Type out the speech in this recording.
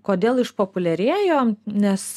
kodėl išpopuliarėjo nes